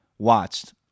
Watched